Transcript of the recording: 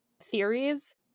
theories